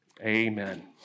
amen